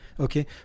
Okay